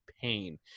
pain